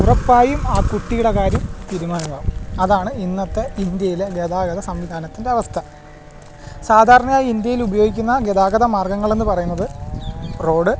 ഉറപ്പായും ആ കുട്ടിയുടെ കാര്യം തീരുമാനമാവും അതാണ് ഇന്നത്തെ ഇന്ത്യയിലെ ഗതാഗത സംവിധാനത്തിൻ്റെ അവസ്ഥ സാധാരണയായി ഇന്ത്യയിൽ ഉപയോഗിക്കുന്ന ഗതാഗത മാർഗ്ഗങ്ങളെന്ന് പറയുന്നത് റോഡ്